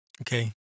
Okay